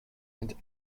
and